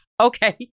okay